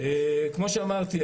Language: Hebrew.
כמו שאמרתי,